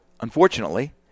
unfortunately